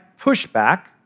pushback